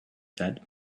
said